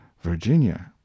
virginia